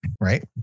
right